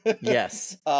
Yes